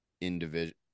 individual